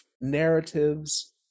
narratives